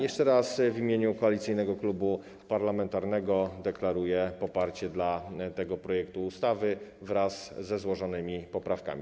Jeszcze raz w imieniu koalicyjnego klubu parlamentarnego deklaruję poparcie dla tego projektu ustawy wraz ze złożonymi poprawkami.